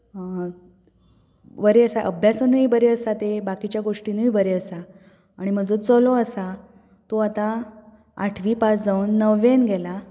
बरें आसा अभ्यासानूय बरें आसा तें बाकीच्या गोश्टिनूय बरें आसा आनी म्हजो चलो आसा तो आतां आठवी पास जावन णव्वेंत गेला